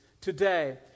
today